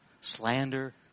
slander